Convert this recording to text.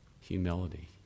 humility